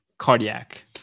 Cardiac